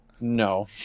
no